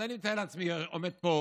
אז אני מתאר לעצמי, עומד פה